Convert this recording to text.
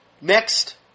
Next